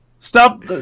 Stop